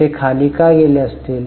ते खाली का गेले असेल